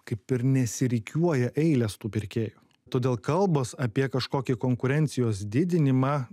kaip ir nesirikiuoja eilės tų pirkėjų todėl kalbos apie kažkokį konkurencijos didinimą